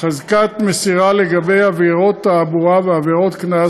חזקת מסירה לגבי עבירות תעבורה ועבירות קנס